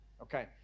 okay